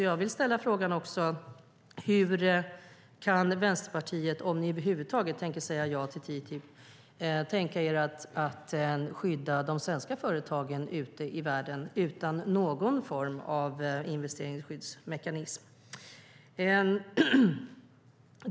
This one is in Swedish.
Jag vill ställa frågan: Hur kan ni i Vänsterpartiet, om ni över huvud taget tänker säga ja till TTIP, tänka er att skydda de svenska företagen ute i världen utan någon form av investeringsskyddsmekanism?